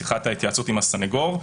שיחת ההתייעצות עם הסנגור.